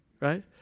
right